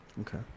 Okay